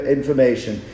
information